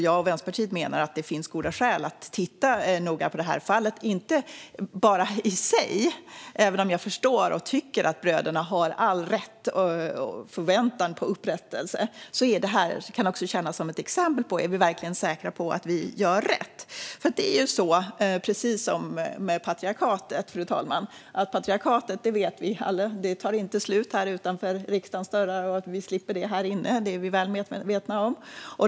Jag och Vänsterpartiet menar därför att det finns goda skäl att titta noga på detta fall - inte bara fallet i sig, även om jag tycker att bröderna har all rätt att förvänta sig upprättelse. Detta kan också tjäna som ett exempel på om vi verkligen är säkra på att vi gör rätt. Det är precis som med patriarkatet, fru talman: Vi är alla väl medvetna om att det inte tar slut här utanför riksdagens dörrar så att vi slipper det här inne.